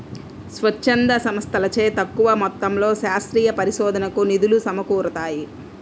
స్వచ్ఛంద సంస్థలచే తక్కువ మొత్తంలో శాస్త్రీయ పరిశోధనకు నిధులు సమకూరుతాయి